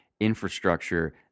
infrastructure